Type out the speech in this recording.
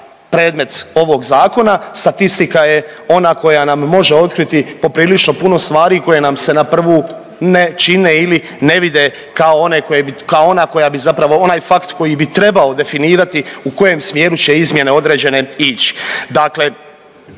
predmet ovog zakona statistika je ona koja nam može otkriti poprilično puno stvari koje nam se na prvu ne čine ili ne vide kao one koje bi, kao ona koja bi zapravo onaj fakt koji bi trebao definirati u kojem smjeru će izmjene određene ići.